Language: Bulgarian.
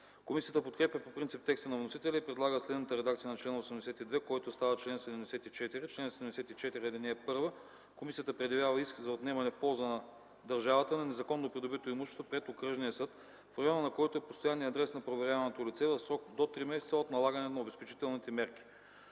Комисията подкрепя по принцип текста на вносителя и предлага следната редакция на чл. 82, който става чл. 74: „Чл. 74.(1) Комисията предявява иск за отнемане в полза на държавата на незаконно придобито имущество пред окръжния съд, в района на който е постоянният адрес на проверяваното лице, в срок до три месеца от налагане на обезпечителните мерки.